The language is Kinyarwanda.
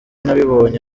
nabibonye